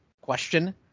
question